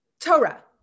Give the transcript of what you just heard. torah